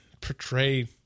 portray